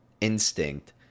instinct